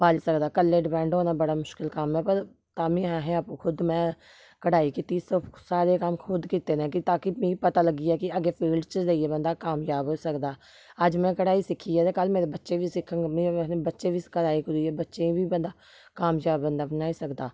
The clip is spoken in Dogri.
पाली सकदा कल्ले डिपैंड होना बड़ा मुश्किल कम्म ऐ पर ताह्म्मीं अस आपूं खुद में कढाई कीती सब सारे कम्म खुद कीते न कि ताकि मी पता लग्गी गेआ कि अग्गें फील्ड च जाइयै बंदा कामजाब होई सकदा अज्ज में कढाई सिक्खी ऐ ते कल्ल मेरे बच्चे बी सिखङ में में आखनी बच्चे की कराई करूइयै बच्चें ई बी बंदा कामजाब बंदा बनाई सकदा